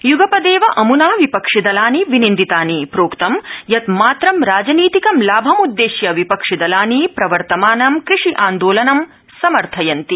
युगपदक्षी अमना विपक्षिदलानि विनिन्दितानि प्रोक्त यत् मात्र राजनीतिकं लाभम् उद्दिश्य विपक्षिदलानि प्रवर्तमानं कृषि आन्दोलनं समर्थयन्ति